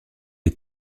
est